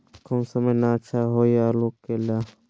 कौन सा महीना अच्छा होइ आलू के ला?